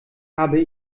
habe